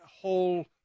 whole